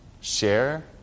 share